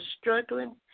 struggling